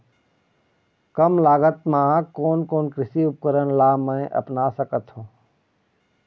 कम लागत मा कोन कोन कृषि उपकरण ला मैं अपना सकथो?